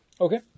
Okay